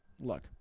look